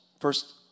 First